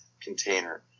container